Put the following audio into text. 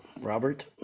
robert